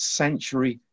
century